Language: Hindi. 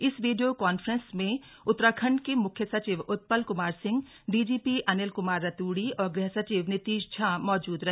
इस वीडियो कॉन्फ्रेंस में उत्तराखण्ड के मुख्य सचिव उत्पल कुमार सिंह डीजीपी अनिल कुमार रतूड़ी और ग्रह सचिव नितीश झा मौजूद रहे